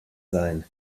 sein